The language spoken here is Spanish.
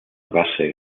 base